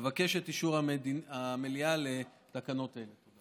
אבקש את אישור המליאה לתקנות אלה.